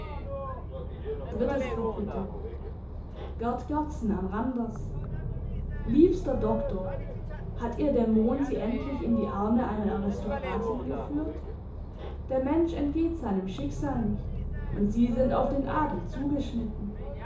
gerd gerdsen an randers liebster doktor hat ihr dämon sie endlich in die arme einer aristokratin geführt der mensch entgeht seinem schicksal nicht und sie sind auf den adel zugeschnitten